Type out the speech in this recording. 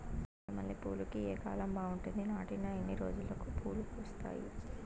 చెండు మల్లె పూలుకి ఏ కాలం బావుంటుంది? నాటిన ఎన్ని రోజులకు పూలు వస్తాయి?